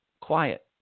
quiet